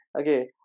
Okay